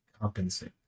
compensate